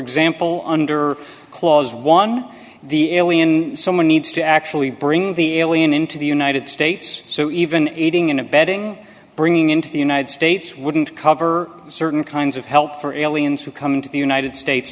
example under clause one the alien someone needs to actually bring the alien into the united states so even aiding and abetting bringing into the united states wouldn't cover certain kinds of help for aliens who come into the united states